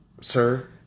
Sir